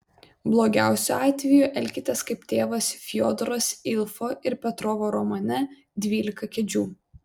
blogiausiu atveju elkitės kaip tėvas fiodoras ilfo ir petrovo romane dvylika kėdžių